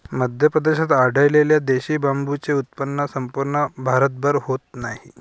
मध्य प्रदेशात आढळलेल्या देशी बांबूचे उत्पन्न संपूर्ण भारतभर होत नाही